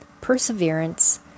perseverance